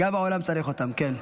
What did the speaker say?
גם העולם צריך אותם, כן.